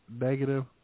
negative